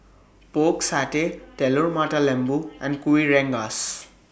Pork Satay Telur Mata Lembu and Kuih Rengas